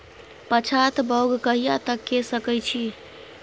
पछात बौग कहिया तक के सकै छी?